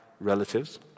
relatives